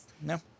No